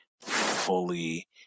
fully